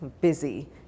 busy